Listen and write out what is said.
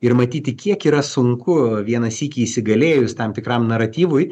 ir matyti kiek yra sunku vieną sykį įsigalėjus tam tikram naratyvui